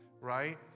right